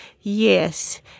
Yes